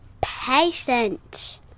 patient